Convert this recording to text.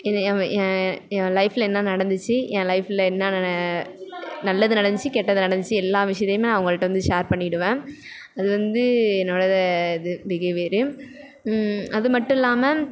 என் என் லைஃப்பில் என்ன நடந்துச்சு என் லைஃப்பில் என்னென்ன நல்லது நடந்துச்சு கெட்டது நடந்துச்சு எல்லா விஷயத்தையும் நான் அவங்கள்கிட்ட வந்து ஷேர் பண்ணிவிடுவேன் அது வந்து என்னோடய இது பிஹேவியரு அது மட்டும் இல்லாமல்